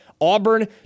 auburn